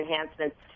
enhancements